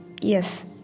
yes